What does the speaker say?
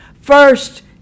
first